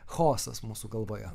chaosas mūsų galvoje